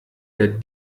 der